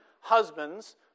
husbands